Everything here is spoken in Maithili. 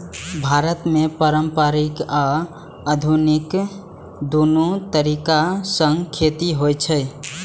भारत मे पारंपरिक आ आधुनिक, दुनू तरीका सं खेती होइ छै